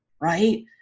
Right